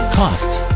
costs